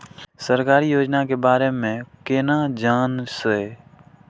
सरकारी योजना के बारे में केना जान से?